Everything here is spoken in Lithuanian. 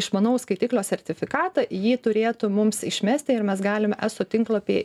išmanaus skaitiklio sertifikatą jį turėtų mums išmesti ir mes galim eso tinklapy